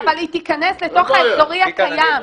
אבל היא תיכנס לתוך האזורי הקיים.